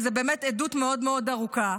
כי זאת באמת עדות מאוד מאוד ארוכה,